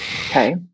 Okay